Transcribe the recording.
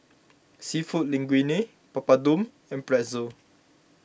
Seafood Linguine Papadum and Pretzel